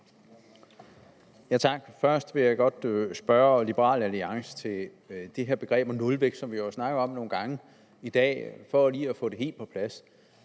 (S): Først vil jeg godt spørge Liberal Alliance om det her begreb nulvækst, som vi jo har snakket om nogle gange i dag, for lige at få det helt på plads.